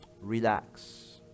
relax